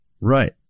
Right